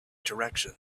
direction